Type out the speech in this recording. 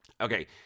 Okay